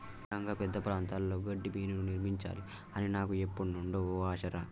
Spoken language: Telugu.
ఒరై రంగ పెద్ద ప్రాంతాల్లో గడ్డిబీనులు నిర్మించాలి అని నాకు ఎప్పుడు నుండో ఓ ఆశ రా